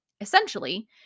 Essentially